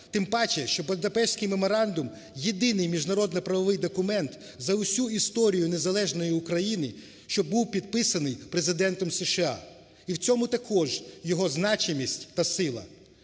Тим паче, що Будапештський меморандум – єдиний міжнародно-правовий документ за всю історію незалежної України, що був підписаний Президентом США. І в цьому також його значимість та сила.